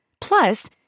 Plus